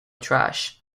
trash